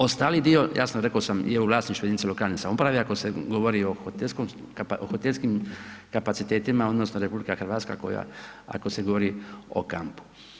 Ostali dio, ja sam, reko sam je u vlasništvu jedinica lokalne samouprave ako se govori i o hotelskim kapacitetima odnosno RH koja, ako se govori o kampu.